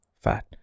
fat